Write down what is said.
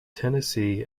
tennessee